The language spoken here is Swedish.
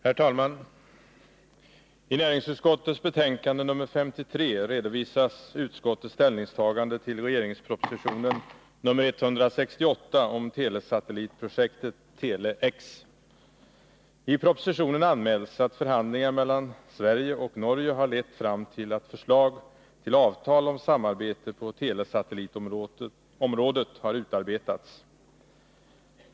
Herr talman! I näringsutskottets betänkande nr 53 redovisas utskottets ställningstagande till regeringspropositionen nr 168 om telesatellitprojektet Tele-X. I propositionen anmäls att förhandlingar mellan Sverige och Norge harlett fram till att förslag till avtal om samarbete på telesatellitområdet har utarbetats.